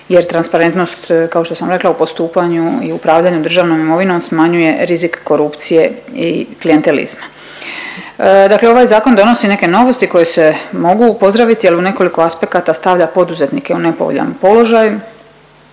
jer transparentnost kao što sam rekla u postupanju i upravljanju državnom imovinom smanjuje rizik korupcije i klijentelizma. Dakle ovaj zakon donosi neke novosti koje se mogu pozdraviti ali u nekoliko aspekata stavlja poduzetnike u nepovoljan položaj.